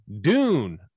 Dune